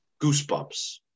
goosebumps